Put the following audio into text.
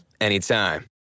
anytime